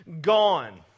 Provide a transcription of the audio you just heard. gone